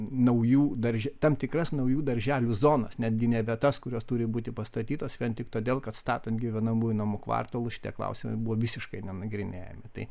naujų darže tam tikras naujų darželių zonas netgi nebe tas kurios turi būti pastatytos vien tik todėl kad statant gyvenamųjų namų kvartalus šitie klausimai buvo visiškai nenagrinėjami tai